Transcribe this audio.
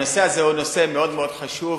הנושא הזה הוא מאוד מאוד חשוב,